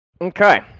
Okay